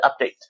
update